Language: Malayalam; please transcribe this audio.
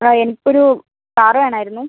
ആ എനിക്കൊരു കാർ വേണമായിരുന്നു